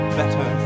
better